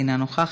אינה נוכחת,